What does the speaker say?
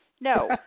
no